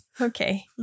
okay